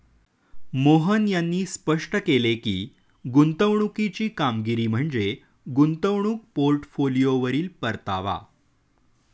मोहन यांनी स्पष्ट केले की, गुंतवणुकीची कामगिरी म्हणजे गुंतवणूक पोर्टफोलिओवरील परतावा